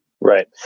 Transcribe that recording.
Right